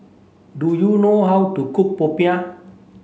do you know how to cook Popiah